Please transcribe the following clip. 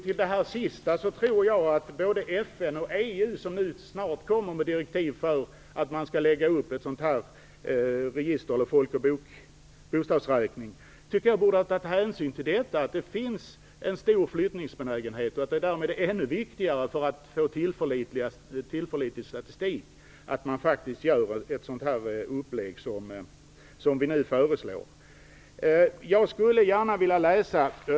Fru talman! Jag tror att både FN och EU, som nu snart kommer med direktiv om att man skall lägga upp en sådan här folk och bostadsräkning, borde ha tagit hänsyn till att det finns en stor flyttningsbenägenhet. Därmed blir det ännu viktigare att man har en sådan uppläggning som vi nu föreslår för att man skall få tillförlitlig statistik.